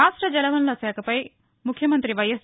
రాష్ణ జల వనరుల శాఖపై ముఖ్యమంత్రి వైఎస్